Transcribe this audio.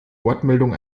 wortmeldung